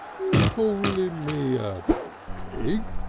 you calling me a pig?